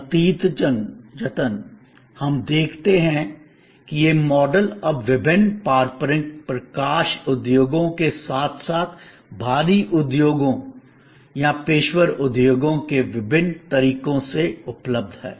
नतीजतन हम देखते हैं कि यह मॉडल अब विभिन्न पारंपरिक प्रकाश उद्योगों के साथ साथ भारी उद्योगों या पेशेवर उद्योगों के विभिन्न तरीकों से उपलब्ध है